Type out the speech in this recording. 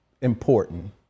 important